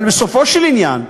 בסופו של עניין,